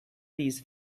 these